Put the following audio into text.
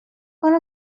کنم